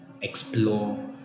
Explore